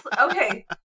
okay